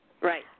Right